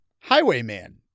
Highwayman